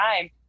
time